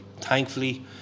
Thankfully